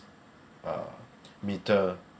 uh meter